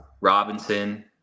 Robinson